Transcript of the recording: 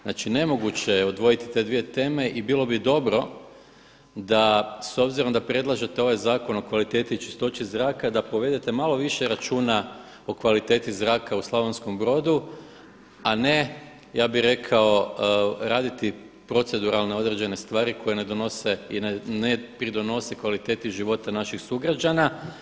Znači nemoguće je odvojiti te dvije teme i bilo bi dobro da s obzirom da predlažete ovaj zakon o kvaliteti i čistoći zraka da povedete malo više računa o kvaliteti zraka u Slavonskom Brodu, a ne raditi proceduralne određene stvari koje ne donose i pridonosi kvaliteti života naših sugrađana.